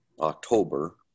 October